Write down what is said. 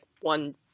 one